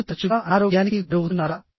మీరు తరచుగా అనారోగ్యానికి గురవుతున్నారా